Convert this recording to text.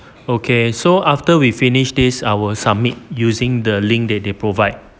okay so after we finish this I will submit using the link that they provide